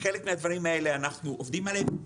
חלק מהדברים האלה אנחנו עובדים עליהם.